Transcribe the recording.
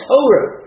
Torah